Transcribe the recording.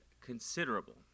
considerable